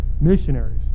missionaries